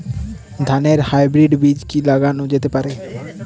ধানের হাইব্রীড বীজ কি লাগানো যেতে পারে?